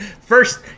First